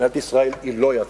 מדינת ישראל היא לא יציבה.